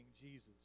Jesus